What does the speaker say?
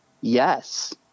Yes